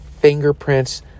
fingerprints